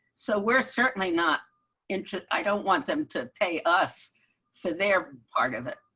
so we're certainly not interest. i don't want them to pay us for their part of it.